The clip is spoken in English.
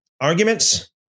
arguments